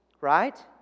Right